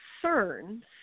concerns